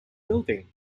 building